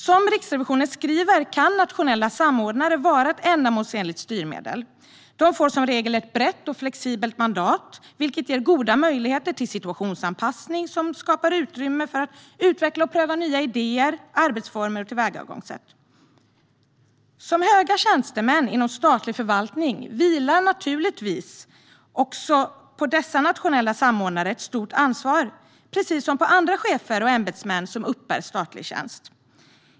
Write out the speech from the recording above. Som Riksrevisionen skriver kan nationella samordnare vara ett ändamålsenligt styrmedel. De får som regel ett brett och flexibelt mandat, vilket ger goda möjligheter till situationsanpassning samt skapar utrymme för att utveckla och pröva nya idéer, arbetsformer och tillvägagångssätt. Liksom för höga tjänstemän inom statlig förvaltning vilar naturligtvis också på dessa nationella samordnare ett stort ansvar, precis som på andra chefer och ämbetsmän som uppbär statlig tjänst.